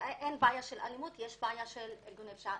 אין בעיה של אלימות אלא יש בעיה של ארגוני פשיעה.